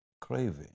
Craving